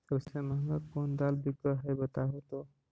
सबसे महंगा कोन दाल बिक है बताहु तो?